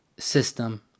system